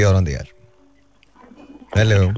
Hello